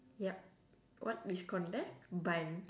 yup what is contact bun